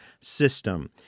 system